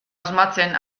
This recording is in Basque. asmatzen